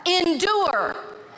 Endure